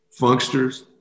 funksters